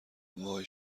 وای